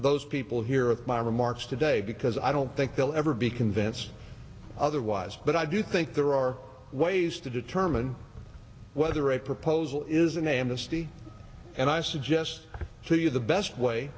those people here with my remarks today because i don't think they'll ever be convinced otherwise but i do think there are ways to determine whether a proposal is an amnesty and i suggest to you the best way